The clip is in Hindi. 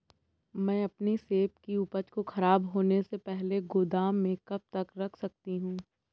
मैं अपनी सेब की उपज को ख़राब होने से पहले गोदाम में कब तक रख सकती हूँ?